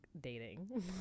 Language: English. dating